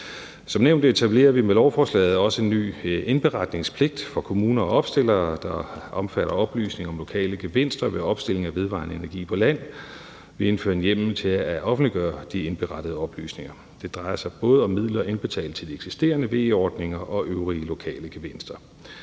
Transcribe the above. Som nævnt etablerer vi med lovforslaget også en ny indberetningspligt for kommuner og opstillere, der omfatter oplysning om lokale gevinster ved opstilling af vedvarende energi på land. Vi indfører en hjemmel til at offentliggøre de indberettede oplysninger. Det drejer sig både om midler indbetalt til de eksisterende VE-ordninger og øvrige lokale gevinster.